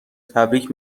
تبریک